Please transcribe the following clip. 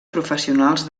professionals